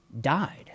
died